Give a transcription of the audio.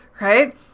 right